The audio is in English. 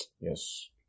Yes